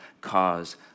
cause